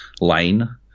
lane